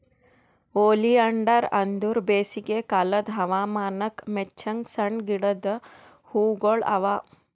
oleander ಅಂದುರ್ ಬೇಸಿಗೆ ಕಾಲದ್ ಹವಾಮಾನಕ್ ಮೆಚ್ಚಂಗ್ ಸಣ್ಣ ಗಿಡದ್ ಹೂಗೊಳ್ ಅವಾ